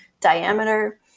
diameter